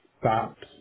stops